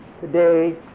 today